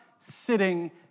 sitting